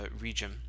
region